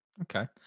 Okay